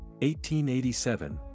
1887 –